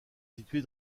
situés